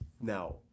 Now